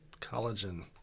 Collagen